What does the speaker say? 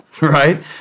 right